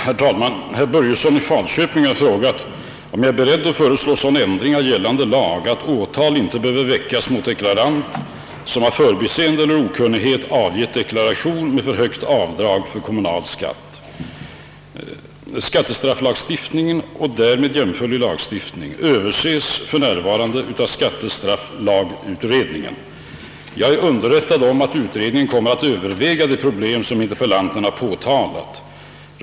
Herr talman! Herr Börjesson i Falköping har frågat mig, om jag är beredd att föreslå sådan ändring av gällande lag, att åtal icke behöver väckas mot deklarant som av förbisende eller okunnighet avgett deklaration med för högt avdrag för kommunal skatt. Skattestrafflagstiftningen och därmed jämförlig lagstiftning överses för närvarande av skattestrafflagutredningen. Jag är underrättad om att utredningen kommer att överväga det problem interpellanten påtalat.